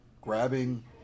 grabbing